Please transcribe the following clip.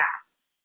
gas